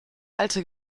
alte